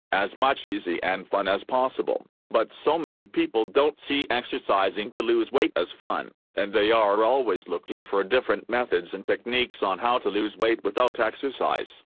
as much easy and fun as possible, but so many people don't see exercising to lose weight as fun, and they are always looking for different methods and techniques on how to lose weight without exercise.